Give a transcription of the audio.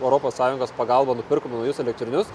europos sąjungos pagalba nupirkom naujus elektrinius